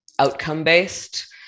outcome-based